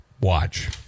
watch